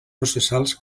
processals